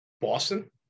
Boston